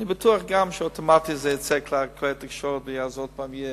אני בטוח גם שאוטומטית זה יצא בכלי התקשורת ואז שוב יהיו